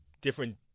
different